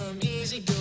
easy